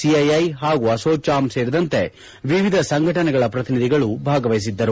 CII ಹಾಗೂ ಅಸೋಚಾಮ್ ಸೇರಿದಂತೆ ವಿವಿಧ ಸಂಘಟನೆಗಳ ಪ್ರತಿನಿಧಗಳು ಸಭೆಯಲ್ಲಿ ಭಾಗವಹಿಸಿದ್ದರು